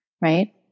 right